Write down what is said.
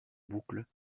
boucles